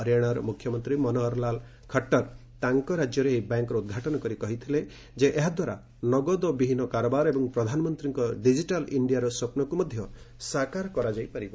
ହରିଆଣାର ମୁଖ୍ୟମନ୍ତ୍ରୀ ମନୋହର ଲାଲ୍ ଖଟ୍ଟର ତାଙ୍କ ରାଜ୍ୟରେ ଏହି ବ୍ୟାଙ୍କର ଉଦ୍ଘାଟନ କରି କହିଥିଲେ ଯେ ଏହା ଦ୍ୱାରା ନଗଦ ବିହୀନ କାରବାର ଏବଂ ପ୍ରଧାନମନ୍ତ୍ରୀଙ୍କ ଡିଜିଟାଲ୍ ଇଣ୍ଡିଆ ସ୍ୱପ୍ନକୁ ସାକାର କରାଯାଇ ପାରିବ